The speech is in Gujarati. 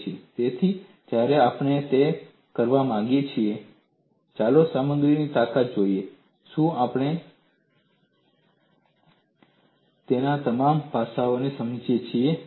તેથી જ્યારે આપણે તે કરવા માગીએ છીએ ચાલો સામગ્રીની તાકાત જોઈએ શું આપણે તેના તમામ પાસાઓને સમજીએ છીએ